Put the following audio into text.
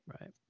Right